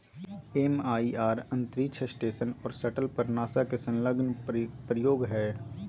MIR अंतरिक्ष station और shuttle पर नासा के संलग्न प्रयोग हइ